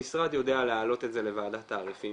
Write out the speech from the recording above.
המשרד יודע להעלות את זה לוועדת תעריפים